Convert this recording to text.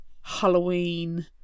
Halloween